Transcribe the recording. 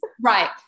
Right